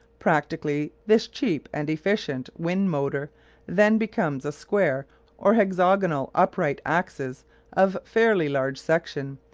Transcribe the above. practically this cheap and efficient wind-motor then becomes a square or hexagonal upright axis of fairly large section,